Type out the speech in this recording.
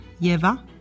Yeva